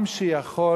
עם שיכול,